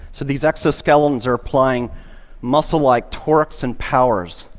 so these exoskeletons are applying muscle-like torques and powers,